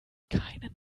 keinen